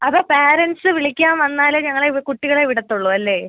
അപ്പം പാരൻറ്റ്സ്സ് വിളിയ്ക്കാൻ വന്നാലേ ഞങ്ങളെ കുട്ടികളെ വിടത്തുള്ളൂ അല്ലേ